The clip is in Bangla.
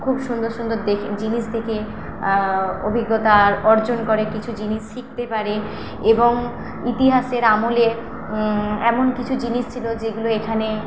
খুব সুন্দর সুন্দর দেখে জিনিস দেখে অভিজ্ঞতা অর্জন করে কিছু জিনিস শিখতে পারে এবং ইতিহাসের আমলে এমন কিছু জিনিস ছিল যেগুলো এখানে